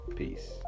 peace